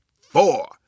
four